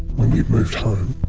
when we moved home